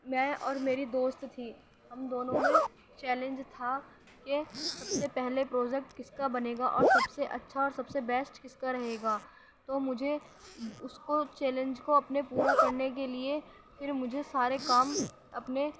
میں اور میری دوست تھی ہم دونوں میں چیلنج تھا کہ سب سے پہلے پروجیکٹ کس کا بنے گا اور سب سے اچھا اور سب سے بیسٹ کس کا رہے گا تو مجھے اس کو چیلنج کو اپنے پورا کرنے کے لیے پھر مجھے سارے کام اپنے